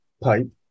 pipe